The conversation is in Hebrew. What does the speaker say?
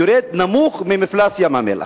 יורד נמוך ממפלס ים-המלח.